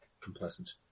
complacent